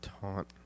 taunt